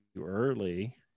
early